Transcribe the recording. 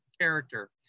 character